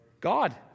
God